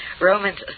Romans